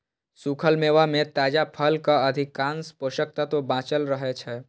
सूखल मेवा मे ताजा फलक अधिकांश पोषक तत्व बांचल रहै छै